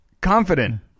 Confident